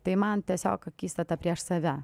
tai man tiesiog akistata prieš save